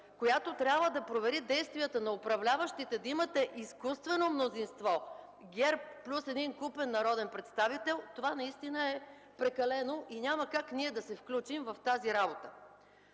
която трябва да провери действията на управляващите, да имате изкуствено мнозинство – ГЕРБ плюс един купен народен представител, това наистина е прекалено и няма как ние да се включим в тази работа.